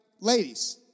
ladies